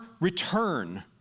return